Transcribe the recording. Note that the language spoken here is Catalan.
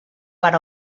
per